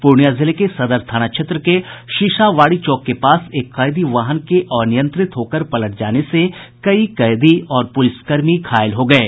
पूर्णिया जिले के सदर थाना क्षेत्र के शीशाबाड़ी चौक के पास एक कैदी वाहन के अनियंत्रित होकर पलट जाने से कई कैदी और पुलिसकर्मी घायल हो गये